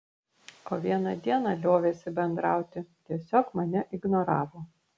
o vieną dieną liovėsi bendrauti tiesiog mane ignoravo